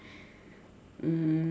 um